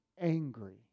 angry